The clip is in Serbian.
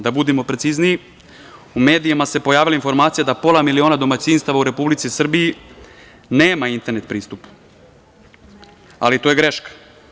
Da budemo precizniji, u medijima se pojavila informacija da pola miliona domaćinstava u Republici Srbiji nema internet pristup, ali to je greška.